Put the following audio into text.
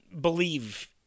believe